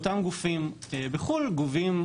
אותם גופים בחו"ל גובים